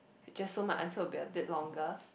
just so my answer will be a bit longer